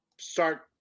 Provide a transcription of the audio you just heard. start